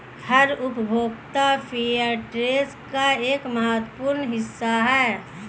हर उपभोक्ता फेयरट्रेड का एक महत्वपूर्ण हिस्सा हैं